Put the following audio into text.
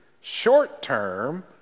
short-term